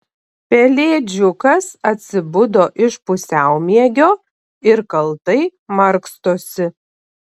pelėdžiukas atsibudo iš pusiaumiegio ir kaltai markstosi